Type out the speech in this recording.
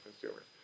consumers